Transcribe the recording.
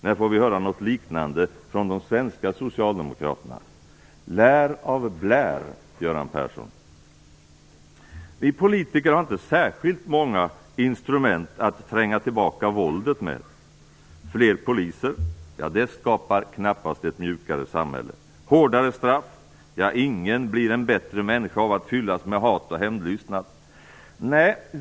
När får vi höra något liknande från de svenska socialdemokraterna? Lär av Blair, Göran Persson! Vi politiker har inte särskilt många instrument att tränga tillbaka våldet med. Fler poliser? Det skapar knappast ett mjukare samhälle. Hårdare straff? Ingen blir en bättre människa av att fyllas med hat och hämndlystnad.